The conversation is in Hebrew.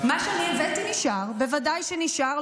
מה שאני הבאתי נשאר, בוודאי שנשאר.